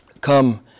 come